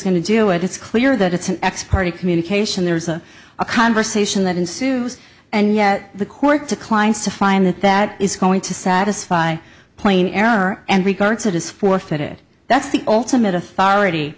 going to do it it's clear that it's an ex parte communication there's a a conversation that ensues and yet the court declines to find that that is going to satisfy plain error and recurrence of his forfeited that's the ultimate authority